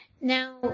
Now